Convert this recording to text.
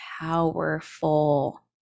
powerful